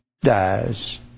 dies